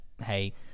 hey